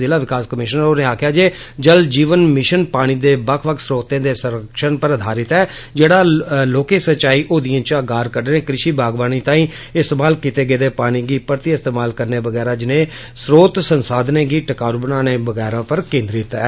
जिला विकास कमीशनर होरें आक्खेया जे जल जीवन मिशन पानी दे बक्ख बक्ख श्रोतें दे संरक्षण पर आधारित ऐ जेड़ा लौहके सिंचाई ओहदीऐं इचा गार कड्डने कृषि बागवानी तांई इस्तेमाल किते गेदे पानी गी परतीऐ इस्तेमाल करने वगैरा जनेह स्रोत संसाधनें गी टिकाऊ बनाना वगैरा शामिल ऐ